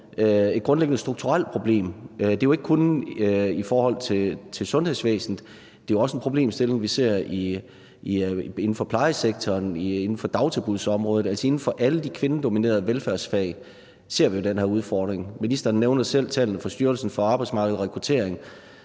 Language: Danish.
et grundlæggende strukturelt problem. Det er ikke kun inden for sundhedsvæsenet, vi ser det. Det er jo også en problemstilling, vi ser inden for plejesektoren og på dagtilbudsområdet. Det er altså inden for alle de kvindedominerede velfærdsfag, at vi ser den her udfordring. Ministeren nævnte selv tallet fra Styrelsen for Arbejdsmarked og Rekruttering,